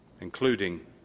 including